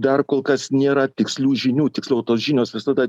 dar kol kas nėra tikslių žinių tiksliau tos žinios visada